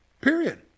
period